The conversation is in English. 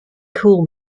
cool